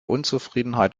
unzufriedenheit